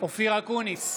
אופיר אקוניס,